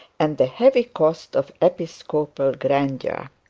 and the heavy cost of episcopal grandeur.